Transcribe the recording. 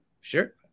Sure